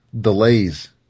delays